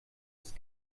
ist